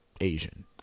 Asian